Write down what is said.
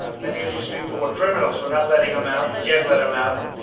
um many of these people were criminals. we're not letting them out. we can't let them out.